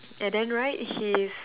and then right he's